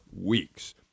weeks—